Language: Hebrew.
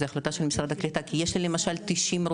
זה החלטה של משרד הקליטה,